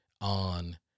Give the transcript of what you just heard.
on